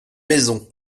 maisons